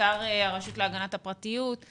במיוחד הרשות להגנת הפרטיות.